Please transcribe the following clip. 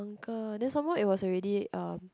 uncle then some more it was already uh